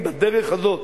בדרך הזאת.